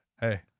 hey